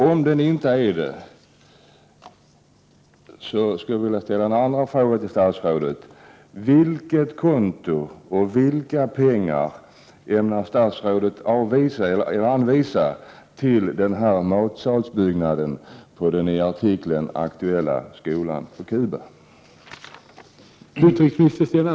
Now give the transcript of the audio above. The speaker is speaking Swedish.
Om dem inte är det skulle jag vilja ställa en annan fråga till statsrådet: Vilket konto och vilka pengar ämnar statsrådet anvisa till matsalsbyggnaden på den i artikeln aktuella skolan på Cuba?